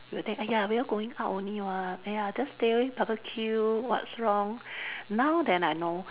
we'll think !aiya! we are going out only [what] !aiya! just stay only barbecue what's wrong now then I know